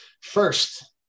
First